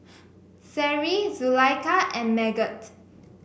Seri Zulaikha and Megat